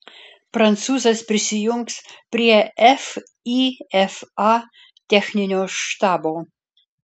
prancūzas prisijungs prie fifa techninio štabo